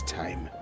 time